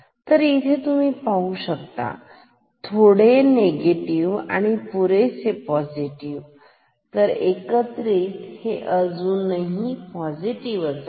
तर इथे तुम्ही पाहू शकता थोडे निगेटिव्ह आणि पुरेसे पोसिटीव्ह तर एकत्रित हे अजूनही पोसिटीव्ह आहे